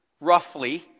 roughly